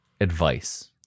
Advice